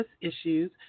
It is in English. issues